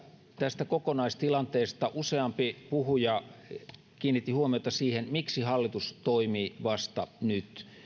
tästä kokonaistilanteesta useampi puhuja kiinnitti huomiota siihen miksi hallitus toimii vasta nyt